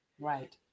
Right